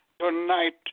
tonight